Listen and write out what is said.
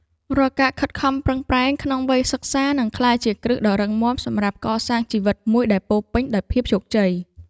រាល់ការខិតខំប្រឹងប្រែងក្នុងវ័យសិក្សានឹងក្លាយជាគ្រឹះដ៏រឹងមាំសម្រាប់កសាងជីវិតមួយដែលពោរពេញដោយភាពជោគជ័យ។